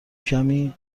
کمی